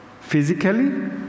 physically